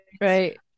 right